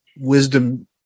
wisdom